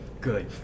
good